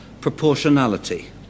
proportionality